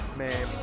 man